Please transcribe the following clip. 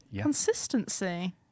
consistency